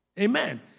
Amen